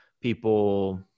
people